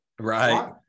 Right